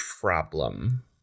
problem